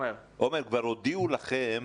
--- כבר הודיעו לכם